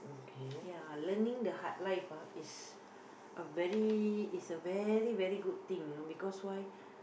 ya learning the hard life ah is a very is a very very good thing know because why